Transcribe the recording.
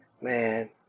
Man